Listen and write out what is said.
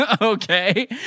Okay